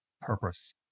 purpose